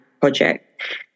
project